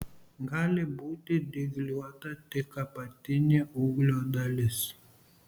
gali būti dygliuota tik apatinė ūglio dalis